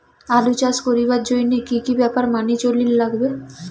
আলু চাষ করিবার জইন্যে কি কি ব্যাপার মানি চলির লাগবে?